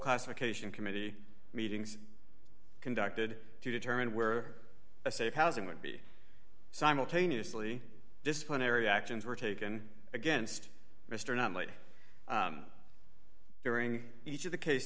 classification committee meetings conducted to determine where a safe housing would be simultaneously disciplinary actions were taken against mr not might during each of the case